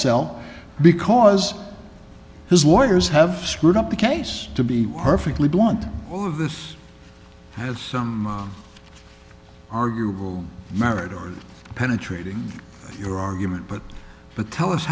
cell because his lawyers have screwed up the case to be perfectly blunt all of this has some arguable merit or penetrating your argument but but tell us